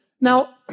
Now